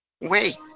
Wait